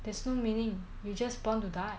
there's no meaning you just born to die